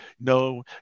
No